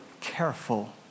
careful